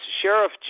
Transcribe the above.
Sheriff